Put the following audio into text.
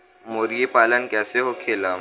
मुर्गी पालन कैसे होखेला?